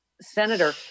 senator